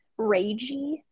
ragey